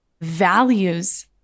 values